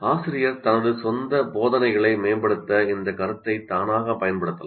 ஆசிரியர் தனது சொந்த போதனைகளை மேம்படுத்த இந்த கருத்தை தானாக பயன்படுத்தலாம்